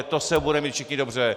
To se budeme mít všichni dobře.